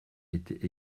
étaient